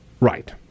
right